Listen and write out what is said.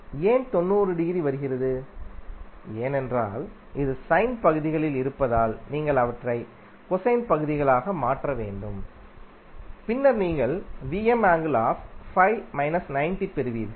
ஏன் 90 டிகிரி வருகிறது ஏனென்றால் இது சைன் பகுதிகளில் இருப்பதால் நீங்கள் அவற்றை கொசைன் பகுதிகளாக மாற்ற வேண்டும் பின்னர் நீங்கள் பெறுவீர்கள்